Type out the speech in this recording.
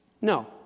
No